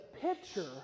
picture